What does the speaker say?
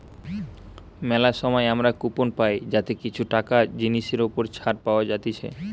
মেলা সময় আমরা কুপন পাই যাতে কিছু টাকা জিনিসের ওপর ছাড় পাওয়া যাতিছে